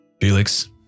Felix